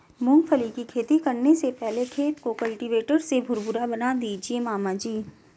मूंगफली की खेती करने से पहले खेत को कल्टीवेटर से भुरभुरा बना दीजिए मामा जी